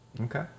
Okay